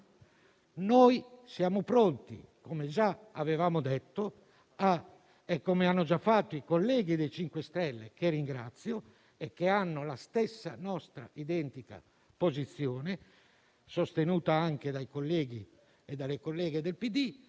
Per parte nostra, come già avevamo detto e come hanno già fatto i colleghi del MoVimento 5 Stelle, che ringrazio - hanno la nostra stessa identica posizione, sostenuta anche dai colleghi e dalle colleghe del PD